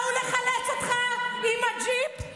באו לחלץ אותך עם הג'יפ.